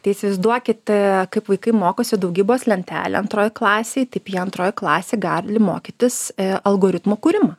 tai įsivaizduokit kaip vaikai mokosi daugybos lentelę antroje klasėje taip jie antroj klasėj gali mokytis algoritmų kūrimą